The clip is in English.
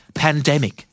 pandemic